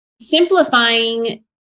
simplifying